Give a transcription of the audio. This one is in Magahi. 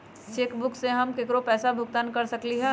चेक बुक से हम केकरो पैसा भुगतान कर सकली ह